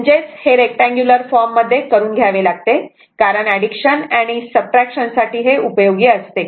म्हणजेच हे rectangular form form मध्ये करून घ्यावे लागते कारण एडिशन किंवा सबट्रॅक्शन साठी हे उपयोगी असते